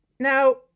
Now